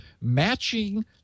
matching